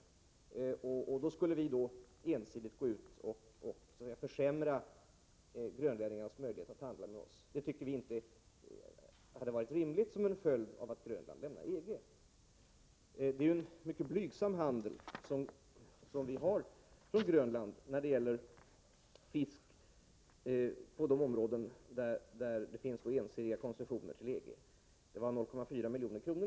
Att vi som en följd av att Grönland lämnar EG skulle ensidigt försämra grönlänningarnas möjlighet att handla med oss tycker vi inte hade varit rimligt. Vår handel med Grönland när det gäller fisk är mycket blygsam på de områden där det finns ensidiga konsessioner till EG. Värdet av importen uppgick 1983 till 0,4 milj.kr.